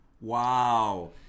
Wow